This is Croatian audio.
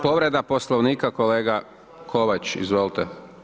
Povreda Poslovnika kolega Kovač, izvolite.